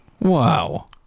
Wow